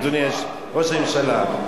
אדוני ראש הממשלה.